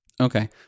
Okay